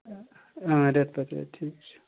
رٮ۪تہٕ پَتہٕ رٮ۪تہٕ ٹھیٖک چھُ